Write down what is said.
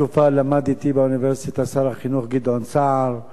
למד אתי באוניברסיטה שר החינוך גדעון סער,